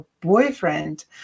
boyfriend